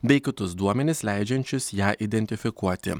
bei kitus duomenis leidžiančius ją identifikuoti